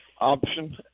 option